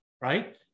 right